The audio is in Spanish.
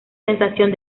sensación